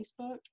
Facebook